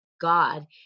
God